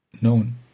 known